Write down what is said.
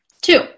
Two